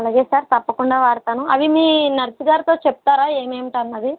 అలాగే సార్ తప్పకుండా వాడతాను అవి మీ నర్స్ గారితో చెప్తారా ఏమేంటో అన్నది